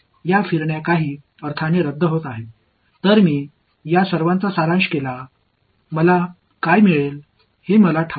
எனவே இந்த பொதுவான விளிம்பை நான் இங்கே பார்த்தால் இந்த சுழற்சிகள் ஏதோ ஒரு வகையில் சில உணர்வு ரத்து செய்கிறது